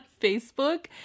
Facebook